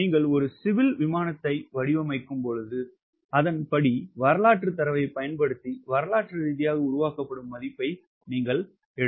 நீங்கள் ஒரு சிவில் விமானத்தை வடிவமைக்கிறீர்கள் என்றால் அதன்படி வரலாற்றுத் தரவைப் பயன்படுத்தி வரலாற்று ரீதியாக உருவாக்கப்படும் மதிப்பை நீங்கள் காண வேண்டும்